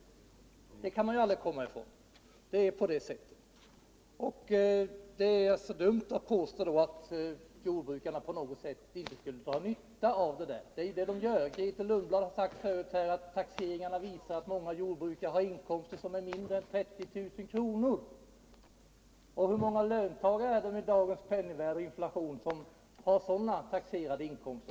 Det kan man ju aldrig komma ifrån. Det är dumt att påstå att jordbrukarna inte skulle ha nytta av detta. Grethe Lundblad sade att taxeringarna visar att många jordbrukare har inkomster som är mindre än 30 000 kr. Hur många löntagare är det som i dagens läge har sådana inkomster?